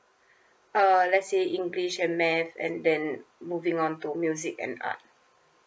uh let's say english and math and then moving on to music and art